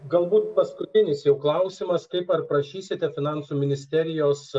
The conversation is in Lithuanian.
galbūt paskutinis jau klausimas kaip ar prašysite finansų ministerijos